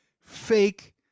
fake